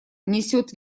несет